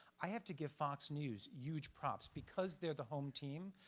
i have to give fox news huge props. because they're the home team,